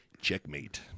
Checkmate